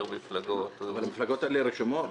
מפלגות --- אבל המפלגות האלה רשומות.